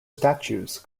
statues